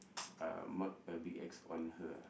uh mark a big X on her